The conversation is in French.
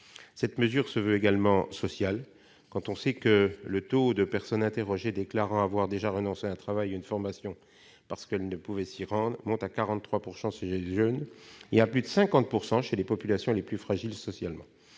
Cette mesure se veut également sociale, sachant que le taux de personnes ayant déjà dû renoncer à un travail ou à une formation parce qu'elles ne pouvaient s'y rendre atteint 43 % chez les jeunes et dépasse 50 % chez les populations les plus fragiles socialement.